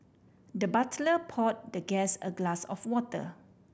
the butler poured the guest a glass of water